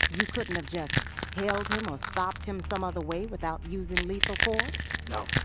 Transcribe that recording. you couldn't have just held him or stopped him some other way without using lethal force? no.